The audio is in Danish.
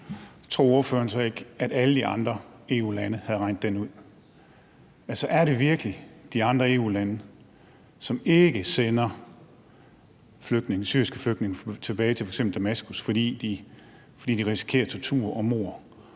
tror ordføreren så ikke, at alle de andre EU-lande havde regnet det ud? Er det virkelig de andre EU-lande, som ikke sender syriske flygtninge tilbage til f.eks. Damaskus, fordi de risikerer tortur og at